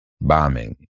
bombing